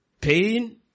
pain